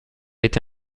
été